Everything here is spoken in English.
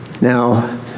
Now